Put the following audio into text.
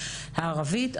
הערבית,